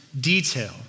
detail